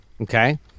Okay